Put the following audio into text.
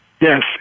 Yes